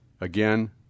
Again